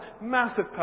Massive